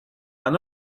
are